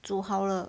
煮好了